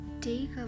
take